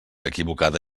equivocada